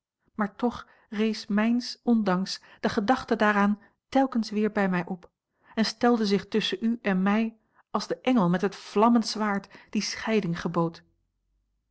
maar toch rees mijns ondanks de gedachte daaraan telkens weer bij mij op en stelde zich tusschen u en mij als de engel met het vlammend zwaard die scheiding gebood